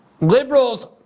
Liberals